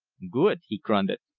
good! he grunted.